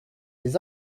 des